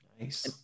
Nice